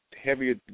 heavier